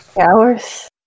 Hours